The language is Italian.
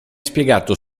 spiegato